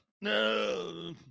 No